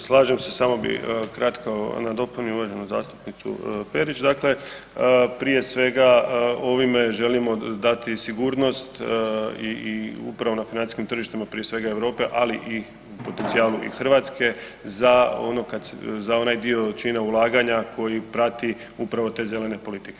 Evo slažem se, samo bi kratko nadopunio uvaženu zastupnicu Perić, dakle prije svega ovime želimo dati sigurnost i upravo na financijskim tržištima, prije svega Europe, ali i u potencijalu i Hrvatske za onaj dio čina ulaganja koji prati upravo te zelene politike.